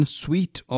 sweet